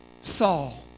Saul